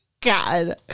God